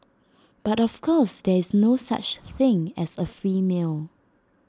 but of course there is no such thing as A free meal